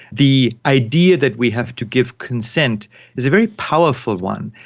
the idea that we have to give consent is a very powerful one.